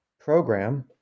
program